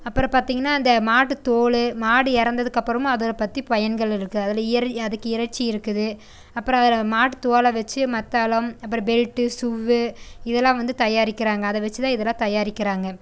அப்புறம் பார்த்திங்கனா அந்த மாட்டு தோல் மாடு இறந்ததுக்கு அப்புறமும் அதைப்பத்தி பயன்கள் இருக்குது அதில் இறை அதுக்கு இறைச்சி இருக்குது அப்புறம் அதில் மாட்டு தோலை வச்சி மத்தளம் அப்புறம் பெல்ட் ஷூவ்வு இதெல்லாம் வந்து தயாரிக்கிறாங்க அதை வச்சி தான் இதெல்லாம் தயாரிக்கிறாங்க